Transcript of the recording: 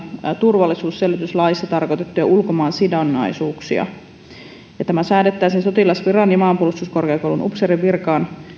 turvallisuusselvityslaissa tarkoitettuja ulkomaansidonnaisuuksia tämä säädettäisiin sotilasviran ja maanpuolustuskorkeakoulun upseerin virkaan